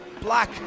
black